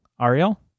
Ariel